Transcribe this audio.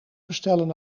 bestellen